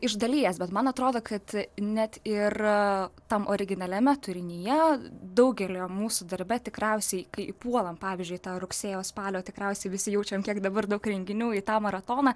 iš dalies bet man atrodo kad net ir tam originaliame turinyje daugelio mūsų darbe tikriausiai kai puolam pavyzdžiui rugsėjo spalio tikriausiai visi jaučiam kiek dabar daug renginių į tą maratoną